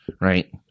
right